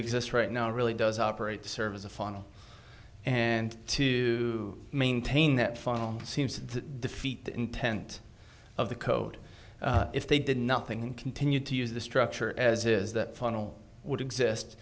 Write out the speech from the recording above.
exists right now really does operate to serve as a funnel and to maintain that funnel seems to defeat the intent of the code if they did nothing and continue to use the structure as is that final would exist